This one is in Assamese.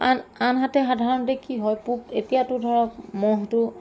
আন আনহাতে সাধাৰণতে কি হয় পোক এতিয়াতো ধৰক মহটো